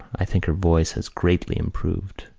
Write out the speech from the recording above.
i think her voice has greatly improved.